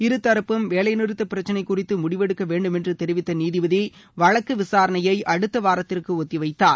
இருதரப்பும் வேலைநிறுத்த பிரச்சினை குறித்து முடிவெடுக்க வேண்டும் என்று தெரிவித்த நீதிபதி வழக்கு விசாரணைய அடுத்த வாரத்திற்கு ஒத்திவைத்தார்